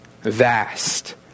Vast